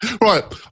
Right